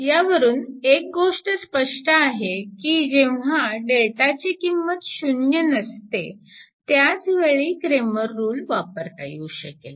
यावरून एक गोष्ट स्पष्ट आहे की जेव्हा Δ ची किंमत 0 नसते त्याच वेळी क्रेमर रूल वापरता येऊ शकेल